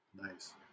nice